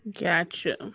Gotcha